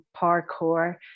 parkour